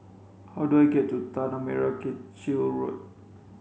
how do I get to Tanah Merah Kechil Road